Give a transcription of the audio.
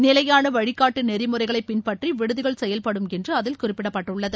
நிலையான வழிகாட்டு நெறிமுறைகளை பின்பற்றி விடுதிகள் செயல்படும் என்று அதில் குறிப்பிடப்பட்டுள்ளது